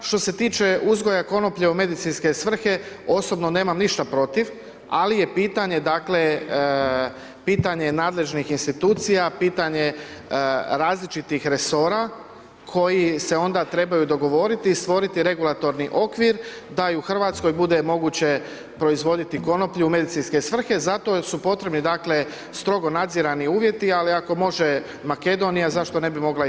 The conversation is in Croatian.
Što se tiče uzgoja konoplje u medicinske svrhe, osobno nemam ništa protiv, ali je pitanje, dakle, pitanje je nadležnih institucija, pitanje je različitih resora koji se onda trebaju dogovoriti i stvoriti regulatorni okvir, da i u RH bude moguće proizvoditi konoplju u medicinske svrhe zato su potrebni, dakle, strogo nadzirani uvjeti, ali ako može Makedonija, zašto ne bi mogla i RH.